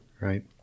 Right